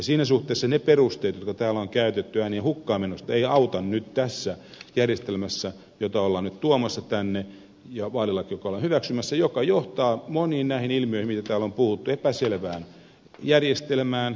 siinä suhteessa ne perusteet jotka täällä on käytetty äänien hukkaan menosta eivät auta nyt tässä järjestelmässä jota ollaan nyt tuomassa tänne ja vaalilaki joka ollaan hyväksymässä johtaa moniin näihin ilmiöihin mitä täällä on puhuttu